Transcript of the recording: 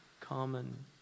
common